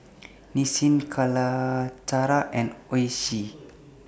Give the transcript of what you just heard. Nissin Calacara and Oishi